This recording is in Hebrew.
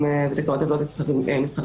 הפטנטים ותקנות עוולות מסחריות,